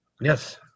Yes